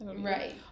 Right